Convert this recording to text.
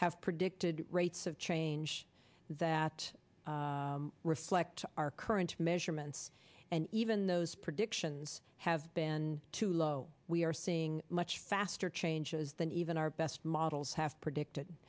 have predicted rates of change that reflect our current measurements and even those predictions have been too low we are seeing much faster changes than even our best models have predicted